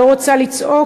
לא רוצה לצעוק.